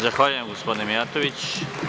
Zahvaljujem gospodine Mijatović.